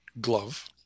glove